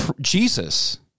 Jesus